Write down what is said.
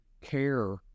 care